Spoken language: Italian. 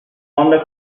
onda